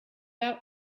our